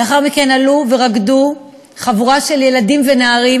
לאחר מכן עלו ורקדו חבורה של ילדים ונערים